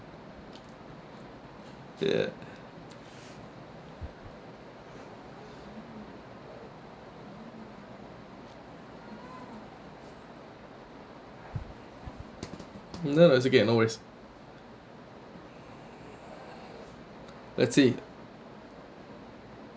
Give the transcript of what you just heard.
ya that was okay no worries that's it